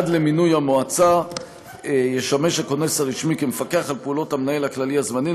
עד למינוי המועצה ישמש הכונס הרשמי כמפקח על פעולות המנהל הכללי הזמני,